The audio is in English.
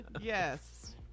Yes